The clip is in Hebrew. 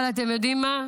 אבל אתם יודעים מה?